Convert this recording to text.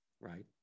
Right